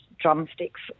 drumsticks